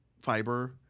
fiber